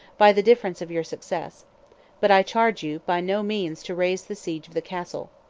by the difference of your success but i charge you by no means to raise the siege of the castle.